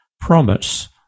promise